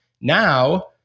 Now